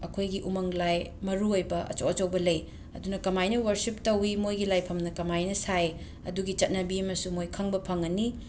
ꯑꯩꯈꯣꯏꯒꯤ ꯎꯃꯪ ꯂꯥꯏ ꯃꯔꯨꯑꯣꯏꯕ ꯑꯆꯧ ꯑꯆꯧꯕ ꯂꯩ ꯑꯗꯨꯅ ꯀꯃꯥꯏꯅ ꯋꯔꯁꯤꯞ ꯇꯧꯏ ꯑꯗꯨꯒ ꯃꯣꯏꯒꯤ ꯂꯥꯏꯐꯝꯅ ꯀꯃꯥꯏꯅ ꯁꯥꯏ ꯑꯗꯨꯒꯤ ꯆꯠꯅꯕꯤ ꯑꯃꯁꯨ ꯃꯣꯏ ꯈꯪꯕ ꯐꯪꯉꯅꯤ